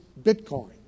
Bitcoin